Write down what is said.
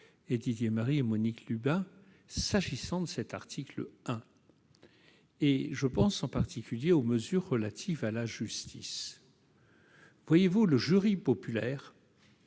Didier Marie et Monique Lubin, s'agissant de cet article 1. Je pense en particulier aux mesures relatives à la justice. Voyez-vous, le jury populaire